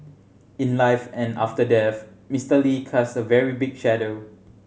in life and after death Mister Lee casts a very big shadow